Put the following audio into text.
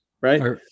right